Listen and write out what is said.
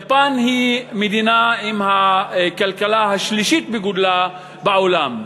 יפן היא המדינה עם הכלכלה השלישית בגודלה בעולם.